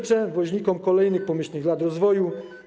Życzę Woźnikom kolejnych pomyślnych lat rozwoju.